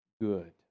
good